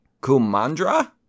Kumandra